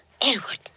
Edward